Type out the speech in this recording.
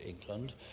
England